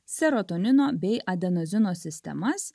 serotonino bei adenozino sistemas